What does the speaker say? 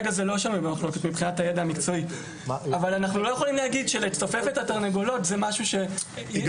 היא גם מטילה פחות.